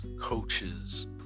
coaches